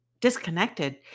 disconnected